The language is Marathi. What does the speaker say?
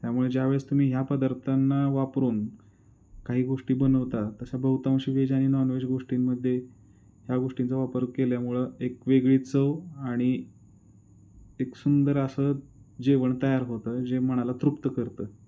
त्यामुळे ज्यावेळेस तुम्ही ह्या पदार्थांना वापरून काही गोष्टी बनवतात तशा बहुतांशी वेज आणि नॉनवेज गोष्टींमध्ये ह्या गोष्टींचा वापर केल्यामुळं एक वेगळी चव आणि एक सुंदर असं जेवण तयार होतं जे मनाला तृप्त करतं